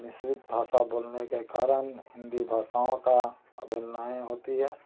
मिश्रित भाषा बोलने के कारण हिन्दी भाषाओं की अवहेलनाएँ होती है